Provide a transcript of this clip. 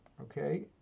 Okay